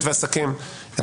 אסכם: